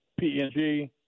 PNG